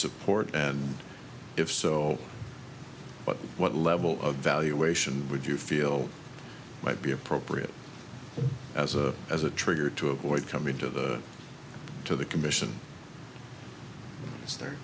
support and if so but what level of valuation would you feel might be appropriate as a as a trigger to avoid coming to the to the commission is there